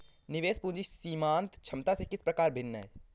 निवेश पूंजी सीमांत क्षमता से किस प्रकार भिन्न है?